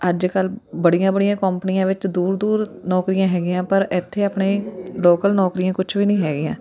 ਅੱਜ ਕੱਲ੍ਹ ਬੜੀਆਂ ਬੜੀਆਂ ਕੰਪਨੀਆਂ ਵਿੱਚ ਦੂਰ ਦੂਰ ਨੌਕਰੀਆਂ ਹੈਗੀਆਂ ਪਰ ਇੱਥੇ ਆਪਣੇ ਲੋਕਲ ਨੌਕਰੀਆਂ ਕੁਛ ਵੀ ਨਹੀਂ ਹੈਗੀਆਂ